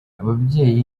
ababyeyi